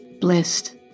blessed